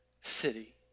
city